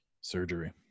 Surgery